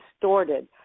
distorted